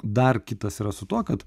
dar kitas yra su tuo kad